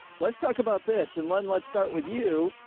let's talk about this in london. let's start with you.